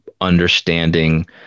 understanding